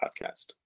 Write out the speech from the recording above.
podcast